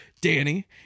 Danny